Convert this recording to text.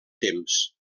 temps